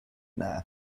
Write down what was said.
there